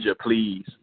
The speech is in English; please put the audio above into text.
please